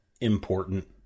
important